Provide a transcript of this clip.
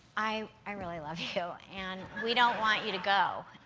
i i really love you. and we don't want you to go.